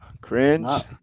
Cringe